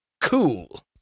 cool